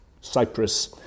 Cyprus